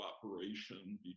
cooperation